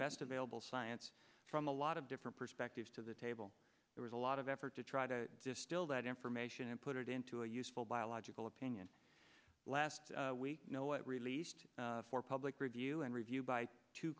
best available science from a lot of different perspectives to the table there was a lot of effort to try to distill that information and put it into a useful biological opinion last week no it released for public review and review by two